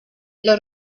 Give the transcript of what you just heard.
los